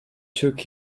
took